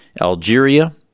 Algeria